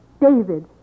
David